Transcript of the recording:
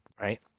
right